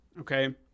Okay